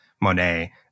Monet